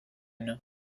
inne